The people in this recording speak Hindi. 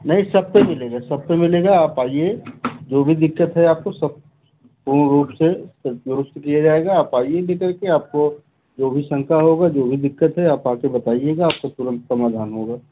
नहीं सब पर मिलेगा सब पर मिलेगा आप आइए जो भी दिक्कत है आपको सब पूर्ण रूप से सब दुरुस्त किया जाएगा आप आइए ले कर के आपको जो भी शंका होगी जो भी दिक्कत है आप आ कर बताइएगा आपको तुरंत समाधान होगा